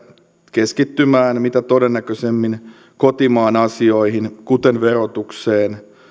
keskittymään mitä todennäköisimmin kotimaan asioihin kuten verotukseen